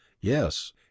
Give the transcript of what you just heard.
yes